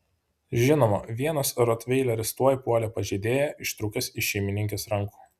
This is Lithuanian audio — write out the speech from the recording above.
žinoma vienas rotveileris tuoj puolė pažeidėją ištrūkęs iš šeimininkės rankų